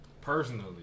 personally